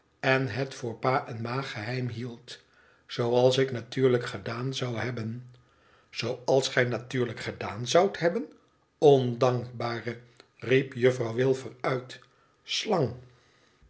en het voor pa en ma geheim hieldt zooals ik natuurlijk gedaan zou hebben zooals gij natuurlijk gedaan zoudt hebben ondankbare riep juffrouw wilfer uit slang